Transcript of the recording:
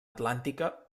atlàntica